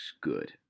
good